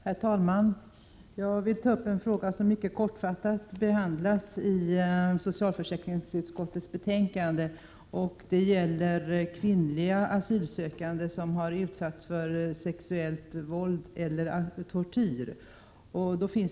Herr talman! Jag vill ta upp en fråga som mycket kortfattat behandlas i socialförsäkringsutskottets betänkande 21. Det gäller kvinnliga asylsökande som har utsatts för sexuellt våld eller tortyr.